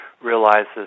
realizes